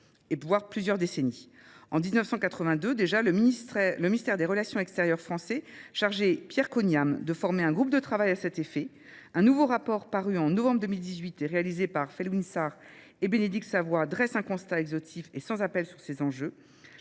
pouvoir plusieurs décennies. En 1982, déjà le ministère des relations extérieures français chargait Pierre Cognam de former un groupe de travail à cet effet. Un nouveau rapport paru en novembre 2018 et réalisé par Félix Nsart et Bénédicte Savoie dresse un constat exotif et sans appel sur ces enjeux.